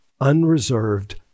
unreserved